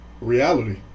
reality